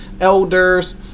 elders